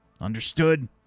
Understood